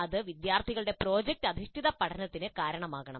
ഇത് വിദ്യാർത്ഥികളുടെ പ്രോജക്റ്റ് അധിഷ്ഠിത പഠനത്തിന് കാരണമാകണം